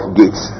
gates